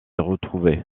retrouvés